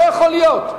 לא יכול להיות,